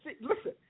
Listen